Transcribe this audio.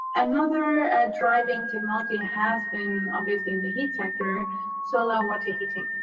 another driving technology has been, obviously, in the heat sector solar and water heating.